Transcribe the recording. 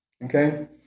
Okay